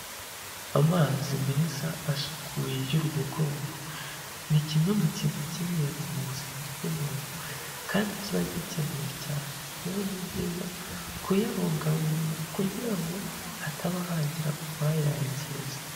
Amazi meza asukuye y'urubogobogo. Ni kimwe mu kintu cy'ingenzi mu buzima bw'umuntu kandi kiba gikenewe cyane. Rero ni byiza kuyabungabunga kugira ngo hataba hagira uwayangiza.